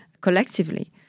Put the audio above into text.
collectively